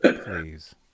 Please